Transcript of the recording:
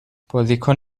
بازیکن